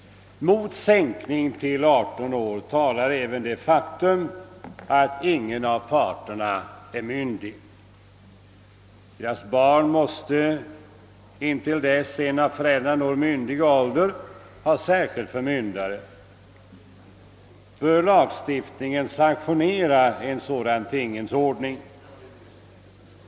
Mot en sänkning till 18 år talar även det faktum, att ingen av parterna är myndig. Deras barn måste intill dess en av föräldrarna når myndig ålder ha särskild förmyndare. Bör Jlagstiftningen sanktionera en sådan tingens ordning?